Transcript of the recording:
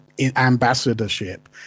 ambassadorship